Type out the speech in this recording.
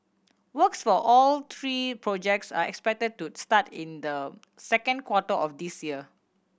works for all three projects are expected to start in the second quarter of this year